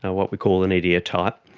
what we call an idiotype,